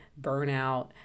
burnout